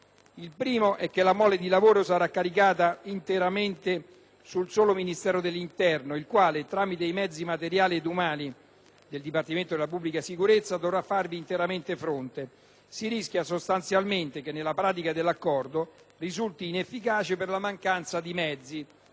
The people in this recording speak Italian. Il primo è che la mole di lavoro sarà caricata interamente sul solo Ministero dell'interno, il quale, tramite i mezzi materiali ed umani del Dipartimento della pubblica sicurezza, dovrà farvi interamente fronte. Si rischia, sostanzialmente, che nella pratica l'Accordo risulti inefficace per la mancanza di mezzi.